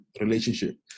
relationship